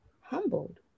humbled